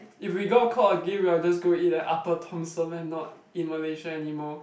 if we got caught again we are just go eat at Upper Thomson and not in Malaysia anymore